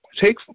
take